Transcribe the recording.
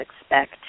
expect